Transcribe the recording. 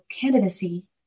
candidacy